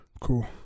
Cool